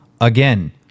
Again